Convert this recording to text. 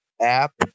app